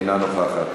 זה לא עובד ככה.